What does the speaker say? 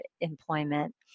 employment